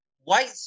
white